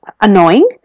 annoying